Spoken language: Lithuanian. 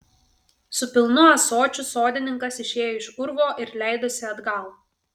su pilnu ąsočiu sodininkas išėjo iš urvo ir leidosi atgal